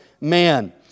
man